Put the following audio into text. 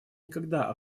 никогда